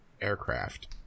aircraft